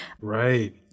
right